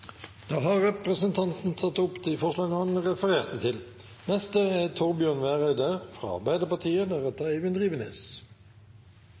Da har representanten tatt opp de forslagene han refererte til. Det er